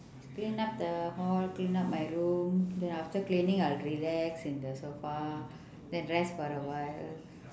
clean up the hall clean up my room then after cleaning I will relax in the sofa then rest for a while